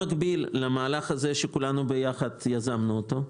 במקביל למהלך הזה שכולנו ביחד יזמנו אותו,